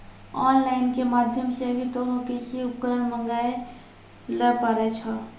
on line के माध्यम से भी तोहों कृषि उपकरण मंगाय ल पारै छौ